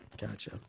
Gotcha